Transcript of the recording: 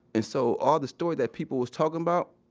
and so all the stories that people was talking about,